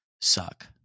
suck